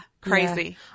crazy